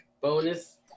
bonus